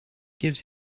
gives